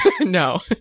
No